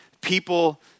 people